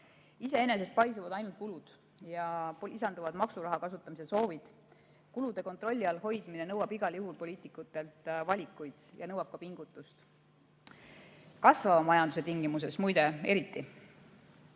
Iseenesest paisuvad ainult kulud ja lisanduvad maksuraha kasutamise soovid. Kulude kontrolli all hoidmine nõuab igal juhul poliitikutelt valikuid ja nõuab ka pingutust – kasvava majanduse tingimustes, muide, eriti.